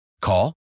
Call